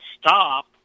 stop